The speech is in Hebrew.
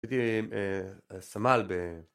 ש... אה... תהיה סמל ב...